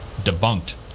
debunked